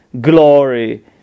glory